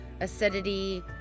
acidity